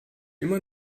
immer